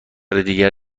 دیگر